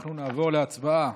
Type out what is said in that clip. אנחנו עוברים להצבעה.